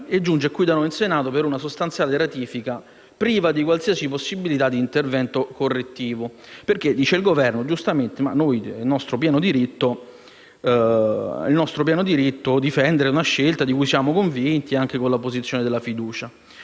e giunge da noi in Senato per una sostanziale ratifica priva di qualsiasi possibilità di intervento correttivo, perché il Governo ritiene suo pieno diritto difendere una scelta di cui è convinto anche con l'apposizione della fiducia.